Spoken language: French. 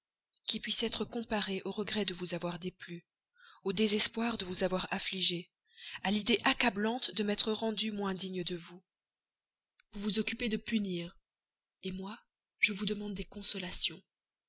qui puisse être comparée au regret de vous avoir déplu au désespoir de vous avoir affligée à l'idée accablante de m'être rendu moins digne de vous vous vous occupez de punir moi je vous demande des consolations